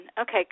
Okay